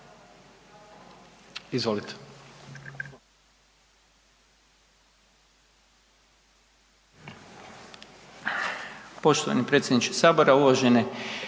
izvolite.